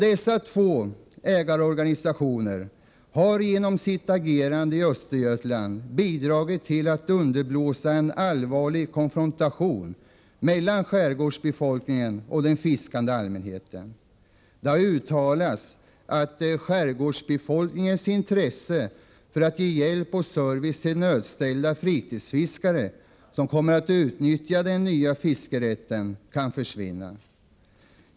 Dessa två ägarorganisationer har genom sitt agerande i Östergötland bidragit till att underblåsa en allvarlig konfrontation mellan skärgårdsbefolkningen och den fiskande allmänheten. Det har uttalats att skärgårdsbefolkningens intresse för att ge hjälp och service till nödställda fritidsfiskare som kommer att utnyttja den nya fiskerätten kan försvinna.